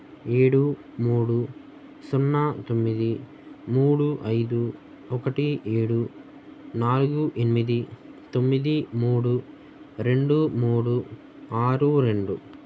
ఏడు మూడు సున్నా తొమ్మిది మూడు ఐదు ఒకటి ఏడు నాలుగు ఎనిమిది తొమ్మిది మూడు రెండు మూడు ఆరు రెండు